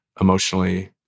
emotionally